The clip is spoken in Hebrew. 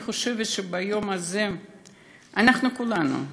אני חושבת שביום הזה אנחנו כולנו,